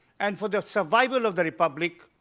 and for the survival of the republic,